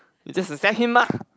you just accept him lah